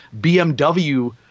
BMW